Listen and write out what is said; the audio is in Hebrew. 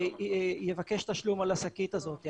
יבקש תשלום על השקית הזאת.